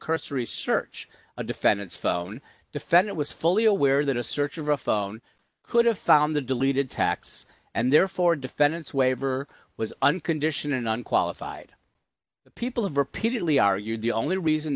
cursory search a defendant's phone defendant was fully aware that a search of a phone could have found the deleted tax and therefore defendants waiver was unconditional and unqualified people have repeatedly are you the only reason